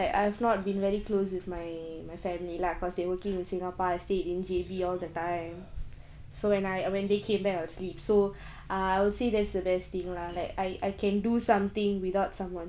like I have not been very close with my my family lah cause they working in singapore I stay in J_B all the time so when I uh when they came back so I'll say that's the best thing lah like I I can do something without someone